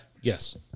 Yes